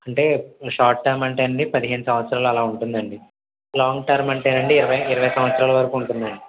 అంటే short term అంటే అండి పదిహేను సంవత్సరాలు అలా ఉంటుందండి లాంగ్ టర్మ్ అంటే అండి ఇరవై ఇరవై సంవత్సరాల వరకూ ఉంటుందండి